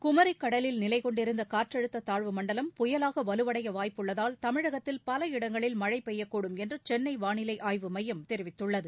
குமி கடலில் நிலைகொண்டுள்ள காற்றழுத்த தாழ்வுமண்டலம் புயலாக வலுவடைய வாய்ப்புள்ளதால் தமிழகத்தில் பல இடங்களில் மழை பெய்யக்கூடும் என்று சென்னை வாளிலை ஆய்வுமையம் தெரிவித்துள்ளது